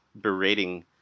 berating